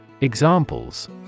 Examples